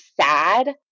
sad